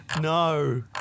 no